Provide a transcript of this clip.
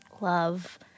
love